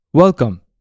Welcome